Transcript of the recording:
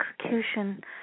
execution